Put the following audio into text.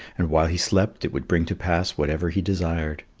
and while he slept it would bring to pass whatever he desired.